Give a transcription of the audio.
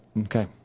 okay